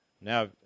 Now